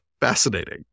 fascinating